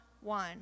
one